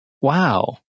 Wow